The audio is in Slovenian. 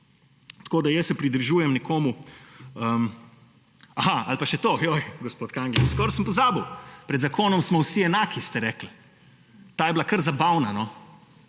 Tako se pridružujem nekomu … Aha, ali pa še to! Joj, gospod Kangler, skoraj sem pozabil! Pred zakonom smo vsi enaki, ste rekli. Ta je bila kar zabavna, no.